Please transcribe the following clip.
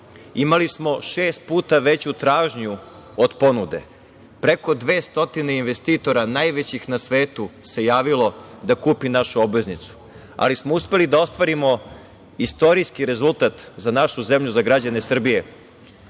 imali smo šest puta veću tražnju od ponude. Preko 200 investitora najvećih na svetu se javilo da kupi našu obveznicu, ali smo uspeli da ostvarimo istorijski rezultat za našu zemlju, za građane Srbije. Mi